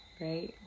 Right